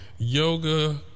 Yoga